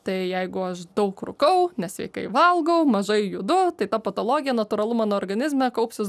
tai jeigu aš daug rūkau nesveikai valgau mažai judu tai ta patologija natūralu mano organizme kaupsis